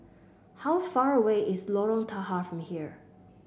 how far away is Lorong Tahar from here